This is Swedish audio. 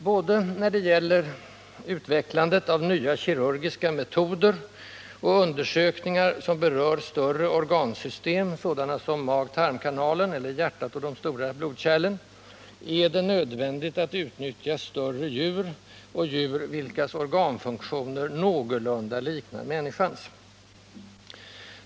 Både när det gäller utvecklandet av nya kirurgiska metoder och när det gäller undersökningar som berör större organsystem, sådana som magoch tarmkanalen eller hjärtat och de stora blodkärlen, är det nödvändigt att utnyttja större djur och djur, vilkas organfunktioner någorlunda liknar människans.